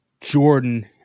Jordan